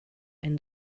ein